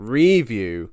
review